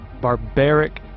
barbaric